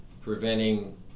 preventing